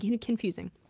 confusing